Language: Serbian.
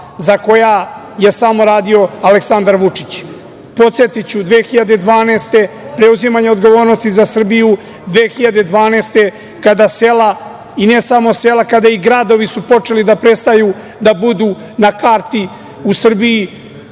za koja je samo radio Aleksandar Vučić. Podsetiću, 2012. godine preuzimanjem odgovornosti za Srbiju, kada sela i ne samo sela, kada i gradovi koji su počeli da prestaju da budu na karti Srbije,